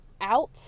out